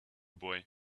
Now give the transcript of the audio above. boy